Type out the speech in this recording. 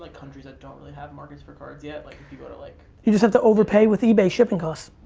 countries that don't really have markets for cards yet, like it you go to like you just have to overpay with ebay shipping costs.